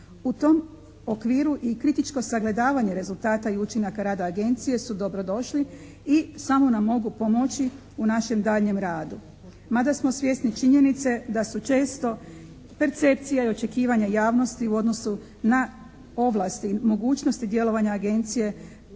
U tom okviru i kritičko sagledavanje rezultata i učinaka rada Agencije su dobrodošli i samo nam mogu pomoći u našem daljnjem radu. Mada smo svjesni činjenice da su često percepcije i očekivanje javnosti u odnosu na ovlasti i mogućnosti djelovanja Agencije